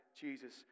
Jesus